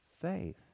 faith